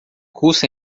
custa